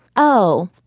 oh,